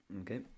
okay